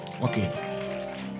Okay